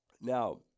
Now